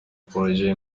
پروژه